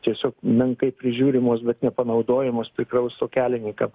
tiesiog menkai prižiūrimos bet nepanaudojamos priklauso kelininkam